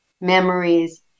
memories